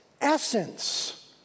essence